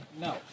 No